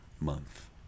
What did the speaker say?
month